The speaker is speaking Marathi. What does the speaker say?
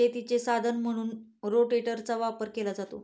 शेतीचे साधन म्हणूनही रोटेटरचा वापर केला जातो